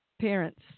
parents